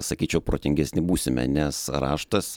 sakyčiau protingesni būsime nes raštas